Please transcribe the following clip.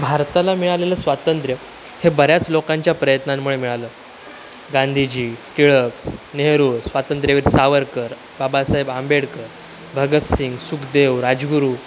भारताला मिळालेलं स्वातंत्र्य हे बऱ्याच लोकांच्या प्रयत्नांमुळे मिळालं गांधीजी टिळक नेहरू स्वातंत्र्यवीर सावरकर बाबासाहेब आंबेडकर भगतसिंग सुखदेव राजगुरू